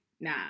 nah